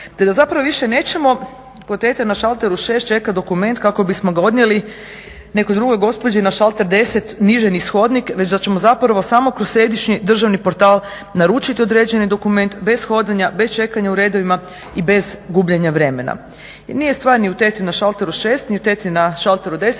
te da zapravo više nećemo kod tete na šalteru šest čekati dokument kako bismo ga odnijeli nekoj drugoj gospođi na šalter deset niže niz hodnik već da ćemo zapravo samo kroz središnji državni portal naručiti određeni dokument bez hodanja, bez čekanja u redovima i bez gubljenja vremena. Jer nije stvar ni u teti na šalteru šest, ni u teti na šalteru